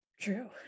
True